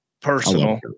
personal